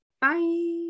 Bye